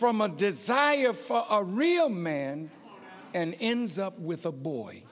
from a desire for a real man and ends up with a boy